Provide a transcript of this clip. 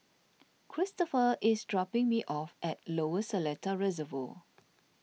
Kristopher is dropping me off at Lower Seletar Reservoir